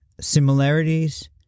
similarities